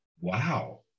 Wow